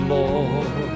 Lord